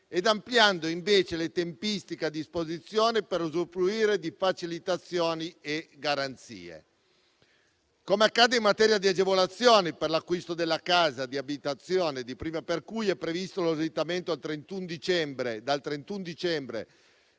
ed ampliando invece le tempistiche a disposizione per usufruire di facilitazioni e garanzie. Come accade in materia di agevolazioni per l’acquisto della casa di abitazione, per cui è previsto lo slittamento al 31 dicembre